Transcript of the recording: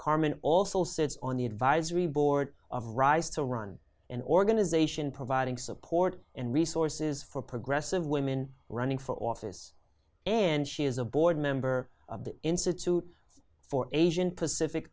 carmen also sits on the advisory board of rise to run an organization providing support and resources for progressive women running for office and she is a board member of the institute for asian pacific